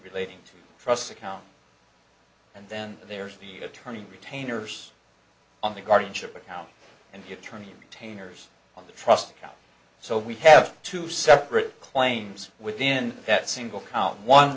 relating to a trust account and then there's the attorney retainers on the guardianship account and the attorney and tanner's on the trust so we have two separate claims within that single count one